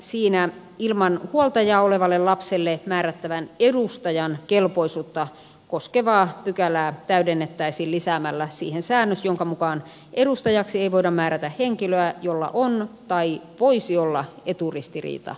siinä ilman huoltajaa olevalle lapselle määrättävän edustajan kelpoisuutta koskevaa pykälää täydennettäisiin lisäämällä siihen säännös jonka mukaan edustajaksi ei voida määrätä henkilöä jolla on tai voisi olla eturistiriita lapsen kanssa